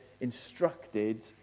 instructed